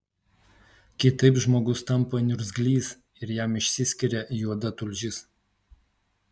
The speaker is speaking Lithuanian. kitaip žmogus tampa niurgzlys ir jam išsiskiria juoda tulžis